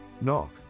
knock